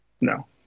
No